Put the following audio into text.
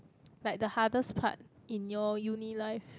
like the hardest part in your uni life